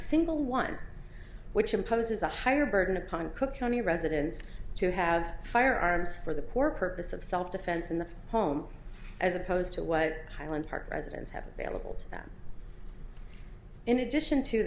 single one which imposes a higher burden upon cook county residents to have firearms for the poor purpose of self defense in the home as opposed to what thailand's park residents have available to them in addition to